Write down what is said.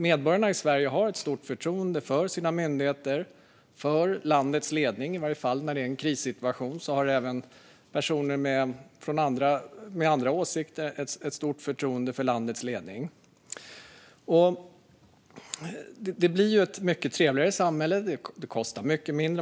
Medborgarna i Sverige har ett stort förtroende för sina myndigheter och för landets ledning - i varje fall när det råder en krissituation har även personer med andra åsikter ett stort förtroende för landets ledning. Det blir ju ett mycket trevligare samhälle, och det kostar mycket mindre.